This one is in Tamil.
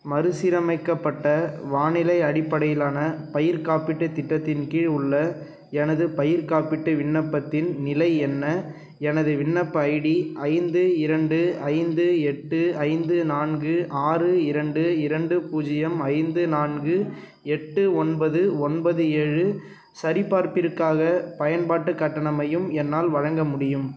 மறுசீரமைக்கப்பட்ட வானிலை அடிப்படையிலான பயிர் காப்பீட்டுத் திட்டத்தின் கீழ் உள்ள எனது பயிர்க் காப்பீட்டு விண்ணப்பத்தின் நிலை என்ன எனது விண்ணப்ப ஐடி ஐந்து இரண்டு ஐந்து எட்டு ஐந்து நான்கு ஆறு இரண்டு இரண்டு பூஜ்ஜியம் ஐந்து நான்கு எட்டு ஒன்பது ஒன்பது ஏழு சரிபார்ப்பிற்காக பயன்பாட்டு கட்டணமையும் என்னால் வழங்க முடியும்